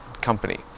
company